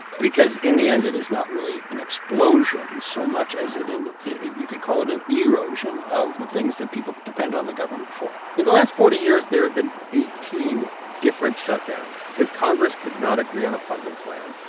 because in the end, it is not really an explosion so much as it you could call it an erosion of the things that people depend on the government for in the last forty years, there have been eighteen different shutdowns because congress could not agree on a funding plan.